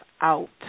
out